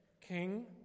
king